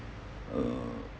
err